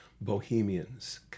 Bohemians